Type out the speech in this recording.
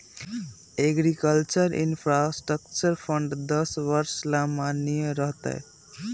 agriculture infrastructure fund दस वर्ष ला माननीय रह तय